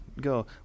Go